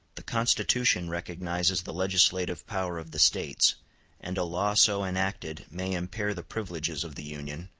the constitution recognizes the legislative power of the states and a law so enacted may impair the privileges of the union,